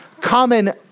common